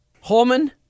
Holman